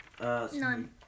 None